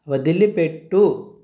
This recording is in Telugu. వదిలిపెట్టు